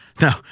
No